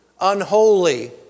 Unholy